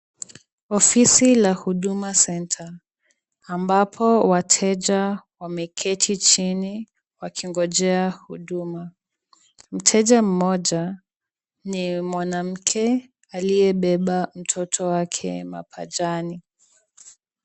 Ofisi la huduma centre ambapo wateja wameketi chini wakingojea huduma. Mteja mmoja, ni mwanamke aliyebeba mtoto wake mapajani.